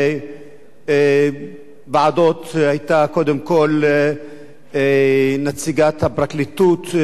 ומקימה ועדות: היתה קודם כול נציגת הפרקליטות טליה ששון,